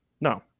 No